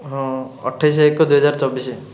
ହଁ ଅଠେଇଶ ଏକ ଦୁଇ ହଜାର ଚବିଶ